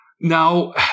Now